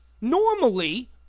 Normally